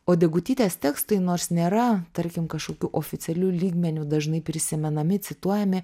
o degutytės tekstai nors nėra tarkim kažkokiu oficialiu lygmeniu dažnai prisimenami cituojami